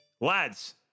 Lads